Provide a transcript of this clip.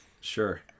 Sure